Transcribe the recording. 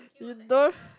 you don't